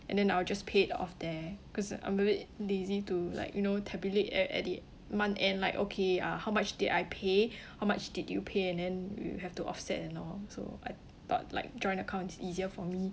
and then I'll just pay it off there cause I'm very lazy to like you know tabulate at at the month end like okay ah how much did I pay how much did you pay and then you have to offset and all so I thought like join account easier for me